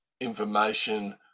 information